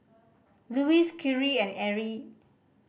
Luis Khiry and Arie